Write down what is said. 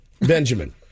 Benjamin